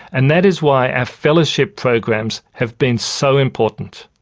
and that is why our fellowship programs have been so important.